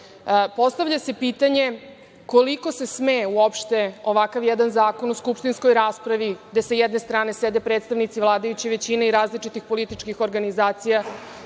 postavlja se pitanje – koliko se sme uopšte ovakav jedan zakon u skupštinskoj raspravi, gde sa jedne strane sede predstavnici vladajuće većine i različitih političkih organizacija,